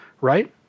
right